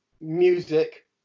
music